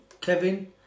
Kevin